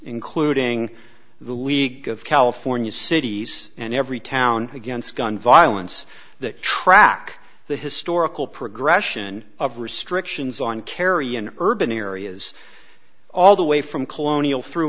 including the league of california cities and every town against gun violence that track the historical progression of restrictions on carry in urban areas all the way from colonial through